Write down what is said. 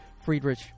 Friedrich